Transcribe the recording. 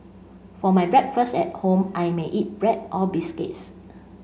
for my breakfast at home I may eat bread or biscuits